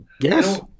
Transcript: Yes